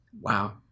wow